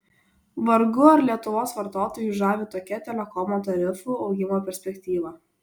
vargu ar lietuvos vartotojus žavi tokia telekomo tarifų augimo perspektyva